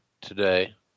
today